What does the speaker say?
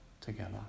together